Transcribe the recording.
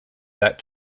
that